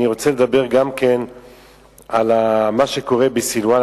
אני רוצה לדבר גם על מה שקורה בסילואן,